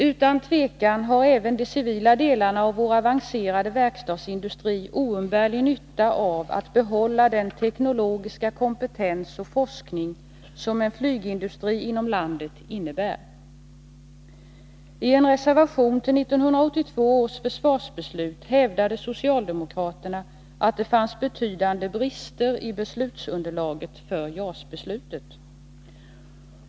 Utan tvivel har även de civila delarna av vår avancerade verkstadsindustri oumbärlig nytta av att behålla den teknologiska kompetens och forskning som en flygindustri inom landet innebär. I en reservation till 1982 års försvarsbeslut hävdade socialdemokraterna att det fanns betydande brister i beslutsunderlaget för JAS-beslutet.